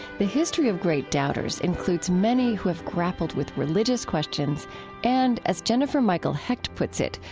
the history of great doubters includes many who have grappled with religious questions and, as jennifer michael hecht puts it,